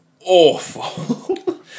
awful